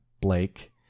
Blake